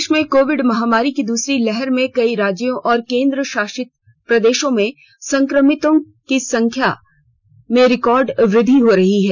देश में कोविड महामारी की दूसरी लहर में कई राज्यों और केंद्र शासित प्रदेश में संक्रमित लोगों की संख्या में रिकॉर्ड वृद्वि हो रही है